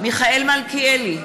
מיכאל מלכיאלי,